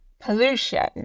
pollution